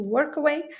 Workaway